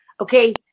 Okay